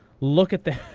look at that.